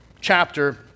chapter